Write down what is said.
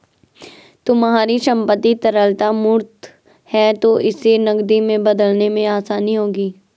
तुम्हारी संपत्ति तरलता मूर्त है तो इसे नकदी में बदलने में आसानी होगी